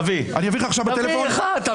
תביא אחד.